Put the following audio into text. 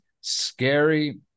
scary